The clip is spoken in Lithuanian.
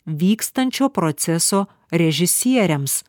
vykstančio proceso režisieriams